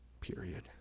period